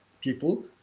people